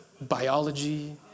biology